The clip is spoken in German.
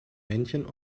männchen